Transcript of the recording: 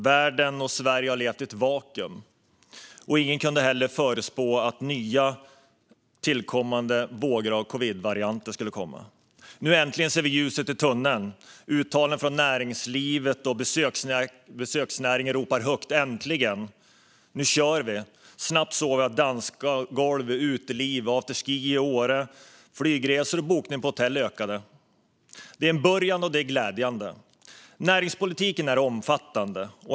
Världen och Sverige har levt i ett vakuum, och ingen kunde heller förutspå att nya vågor av covidvarianter skulle komma. Nu äntligen ser vi ljuset i tunneln. Näringslivet och besöksnäringen ropar högt: Äntligen! Nu kör vi. Snabbt såg vi att antalet människor på dansgolv, i uteliv och på afterski i Åre ökade och att bokningarna av hotell och flygresor ökade. Det är en början, och det är glädjande. Näringspolitiken är omfattande.